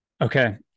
Okay